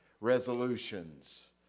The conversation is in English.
resolutions